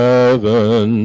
Heaven